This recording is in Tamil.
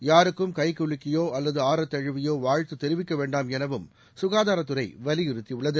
யாருக்கும் கை குலுக்கியோ அல்லது ஆரத்தழுவியோ வாழ்த்து தெரிவிக்க வேண்டாம் எனவும் சுகாதாரத்துறை வலியுறுத்தியுள்ளது